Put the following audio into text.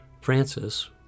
Francis